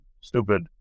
stupid